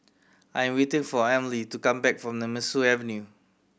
I am waiting for Emely to come back from Nemesu Avenue